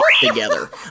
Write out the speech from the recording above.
together